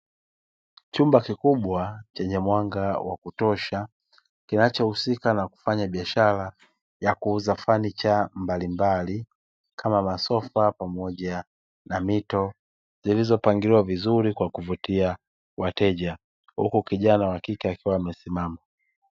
Chumba kikubwa chenye mwanga wa kutosha, kinachohusika na kufanya biashara ya kuuza fanicha mbalimbali; kama masofa pamoja na mito, zilizopangiliwa vizuri kwa kuvutia wateja, huku kijana wa kike akiwa amesimama.